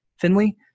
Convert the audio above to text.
Finley